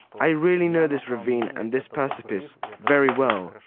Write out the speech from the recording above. i really know this ravine and this precipice very well.